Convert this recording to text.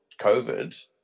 COVID